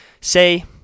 say